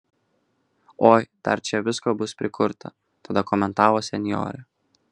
oi dar čia visko bus prikurta tada komentavo senjorė